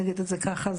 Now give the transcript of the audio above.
נגיד את זה ככה,